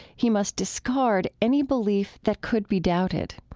he must discard any belief that could be doubted.